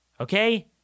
Okay